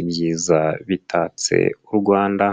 ibyiza bitatse u Rwanda.